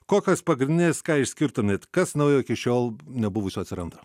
kokios pagrindinės ką išskirtumėt kas naujo iki šiol nebuvusio atsiranda